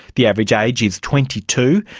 the average age is twenty two,